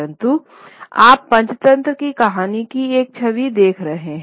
परंतु आप पंचतंत्र की कहानी की एक छवि देख रहे हैं